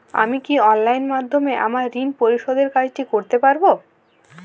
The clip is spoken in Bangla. আমি কি অনলাইন মাধ্যমে আমার ঋণ পরিশোধের কাজটি করতে পারব?